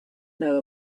know